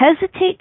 hesitate